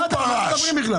הוא היה שר בממשלה.